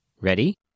Ready